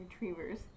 Retrievers